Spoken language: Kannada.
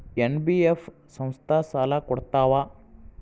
ಎನ್.ಬಿ.ಎಫ್ ಸಂಸ್ಥಾ ಸಾಲಾ ಕೊಡ್ತಾವಾ?